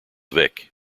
vic